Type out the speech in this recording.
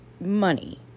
money